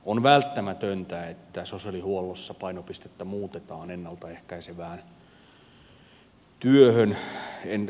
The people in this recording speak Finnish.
on välttämätöntä että sosiaalihuollossa painopistettä muutetaan ennalta ehkäisevään työhön